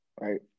right